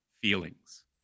feelings